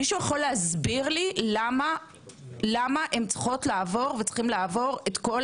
מישהו יכול להסביר לי למה הן צריכות וצריכים לעבור את כל